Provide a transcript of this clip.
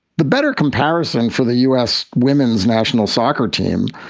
the better comparison for the u s. women's national soccer team,